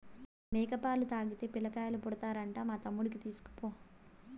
మేక పాలు తాగితే పిల్లకాయలు పుడతారంట మా తమ్ముడికి తీస్కపో